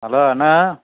hello Anna